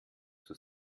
zur